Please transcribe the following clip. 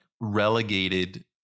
relegated